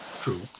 True